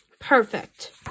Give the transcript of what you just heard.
Perfect